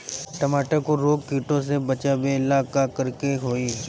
टमाटर को रोग कीटो से बचावेला का करेके होई?